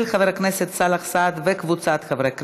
של חבר הכנסת סאלח סעד וקבוצת חברי הכנסת.